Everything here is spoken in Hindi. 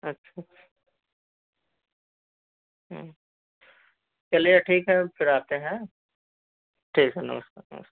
अच्छा चलिए ठीक है हम फिर आते हैं ठीक है नमस्कार नमस्कार